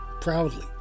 proudly